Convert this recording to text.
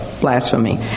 blasphemy